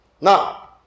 Now